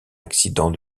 accident